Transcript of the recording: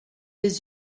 des